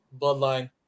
bloodline